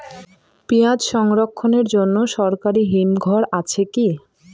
পিয়াজ সংরক্ষণের জন্য সরকারি হিমঘর আছে কি?